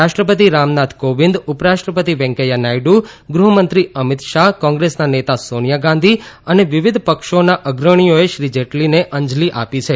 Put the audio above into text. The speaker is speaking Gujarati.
રાષ્ટ્રપતિ રામનાથ કોવિંદ ઉપરાષ્ટ્રપતિ વેકૈયાહ નાયડુ ગૃહમંત્રી અમિત શાહ કોંગ્રેસના નેતા સોનિયા ગાંધી અને વિવિધ પક્ષોના અગ્રણીઓએ શ્રી જેટલીને અંજલી આપી છે